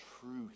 truth